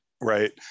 Right